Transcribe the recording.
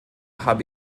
habe